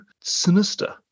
sinister